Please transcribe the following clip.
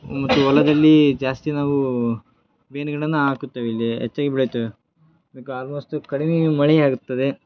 ಮತ್ತು ಹೊಲದಲ್ಲಿ ಜಾಸ್ತಿ ನಾವು ಬೇವಿನ ಗಿಡನ ಹಾಕುತ್ತೇವೆ ಇಲ್ಲಿ ಹೆಚ್ಚಾಗಿ ಬೆಳೆಯುತ್ತೇವೆ ಆಲ್ಮೋಸ್ಟು ಕಡಿಮೆ ಮಳೆ ಆಗುತ್ತದೆ